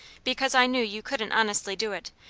because i knew you couldn't honestly do it,